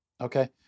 Okay